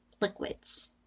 liquids